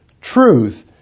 truth